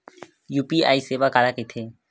UPI सेवा काला कइथे?